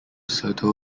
soto